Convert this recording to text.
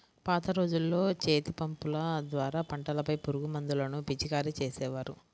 పాత రోజుల్లో చేతిపంపుల ద్వారా పంటలపై పురుగుమందులను పిచికారీ చేసేవారు